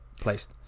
placed